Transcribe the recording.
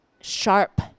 sharp